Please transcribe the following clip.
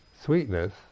sweetness